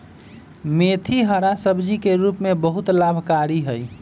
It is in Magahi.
मेथी हरा सब्जी के रूप में बहुत लाभकारी हई